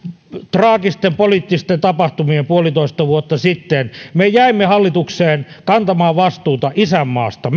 traagisten poliittisten tapahtumien jälkeen puolitoista vuotta sitten me jäimme hallitukseen kantamaan vastuuta isänmaasta